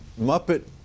Muppet